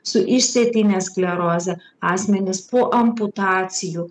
su išsėtine skleroze asmenys po amputacijų